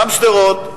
גם שדרות,